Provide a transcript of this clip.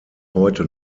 heute